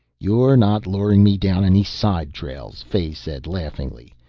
you're not luring me down any side trails, fay said laughingly.